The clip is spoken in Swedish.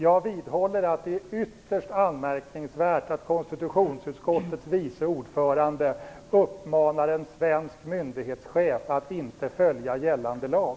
Jag vidhåller att det är ytterst anmärkningsvärt att konstitutionsutskottets vice ordförande uppmanar en svensk myndighetschef att inte följa gällande lag.